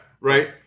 Right